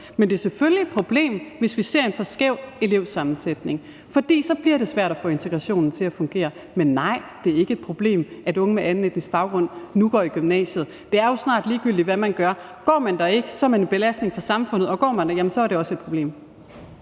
men det er selvfølgelig et problem, hvis vi ser en for skæv elevsammensætning, for så bliver det svært at få integrationen til at fungere. Men nej, det er ikke et problem, at unge med anden etnisk baggrund nu går i gymnasiet. Det er jo snart ligegyldigt, hvad man gør: Går man der ikke, er man en belastning for samfundet, og går man der, jamen så er det også et problem.